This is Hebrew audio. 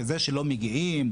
זה שלא מגיעים,